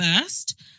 first